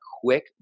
quick